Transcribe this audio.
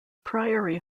priory